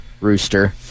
rooster